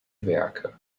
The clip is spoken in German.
werke